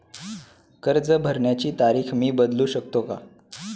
कर्ज भरण्याची तारीख मी बदलू शकतो का?